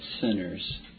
sinners